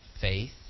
faith